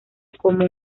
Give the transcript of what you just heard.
como